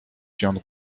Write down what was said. viande